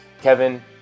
Kevin